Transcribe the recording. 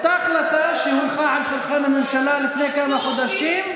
אותה החלטה שהונחה על שולחן הממשלה לפני כמה חודשים,